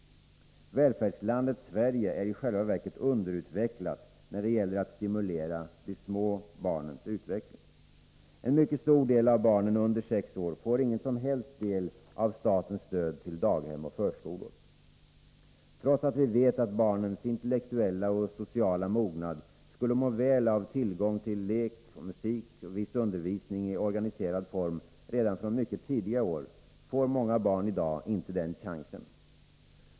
Välfärdslandet Sverige är i själva verket underutvecklat när det gäller att stimulera de små barnens utveckling. En mycket stor del av barnen under sex år får ingen som helst del av statens stöd till daghem och förskolor. Trots att vi vet att barnens intellektuella och sociala mognad skulle må väl av tillgång till lek, musik och viss undervisning i organiserad form redan från mycket tidiga år, får många barn i dag inte den chansen.